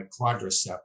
quadriceps